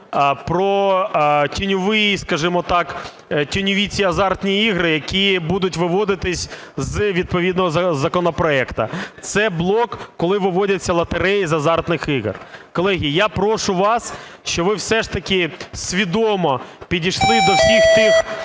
про "тіньовий", скажімо так, "тіньові" ці азартні ігри, які будуть виводитися відповідно до законопроекту, це блок, коли виводяться лотереї з азартних ігор. Колеги, я прошу вас, щоб ви все ж таки свідомо підійшли до всіх тих